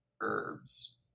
Herbs